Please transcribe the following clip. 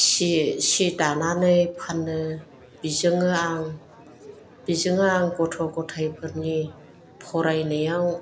सि दानानै फानो बेजोंनो आं बेजों आं गथ' गथाइफोरनि फरायनायाव